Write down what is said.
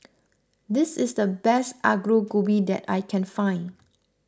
this is the best Aloo Gobi that I can find